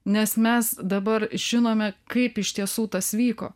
nes mes dabar žinome kaip iš tiesų tas vyko